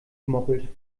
gemoppelt